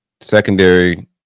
Secondary